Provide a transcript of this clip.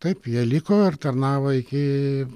taip jie liko ir tarnavo iki